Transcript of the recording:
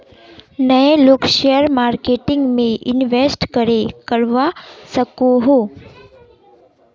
नय लोग share marketing में इंवेस्ट करे करवा सकोहो?